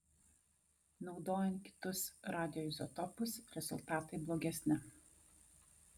naudojant kitus radioizotopus rezultatai blogesni